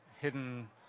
hidden